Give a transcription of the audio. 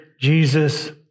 Jesus